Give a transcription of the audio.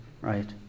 right